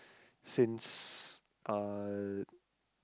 since uh